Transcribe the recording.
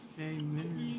Amen